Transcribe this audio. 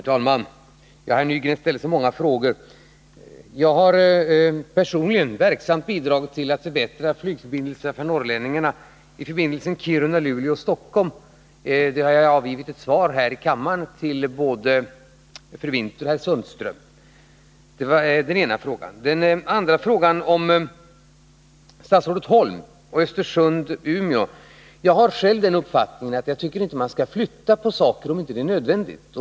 Herr talman! Herr Nygren ställde så många frågor. Jag har personligen verksamt bidragit till att förbättra flygförbindelserna för norrlänningarna, t.ex. förbindelsen Kiruna-Luleå-Stockholm. Det har jag redovisat i ett svar här i kammaren till både fru Winther och herr Sundström. Det var en av frågorna. En annan fråga handlade om statsrådet Holm och Östersund-Umeå. Jag har själv den uppfattningen att man inte skall flytta på saker och ting, om det inte är nödvändigt.